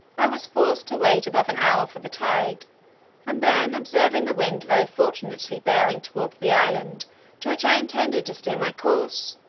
i was forced to wait above an hour for the tide and then observing the wind very fortunately bearing toward the island to which i intended to steer my course,